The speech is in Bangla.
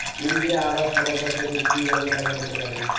ইন্দিরা আবাস প্রকল্প থেকে কি ভাবে টাকা পেতে পারি?